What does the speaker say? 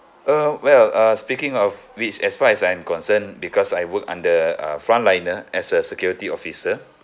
uh well uh speaking of which as far as I'm concerned because I work under uh frontliner as a security officer